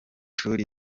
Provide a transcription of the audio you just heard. ishuri